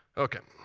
ok.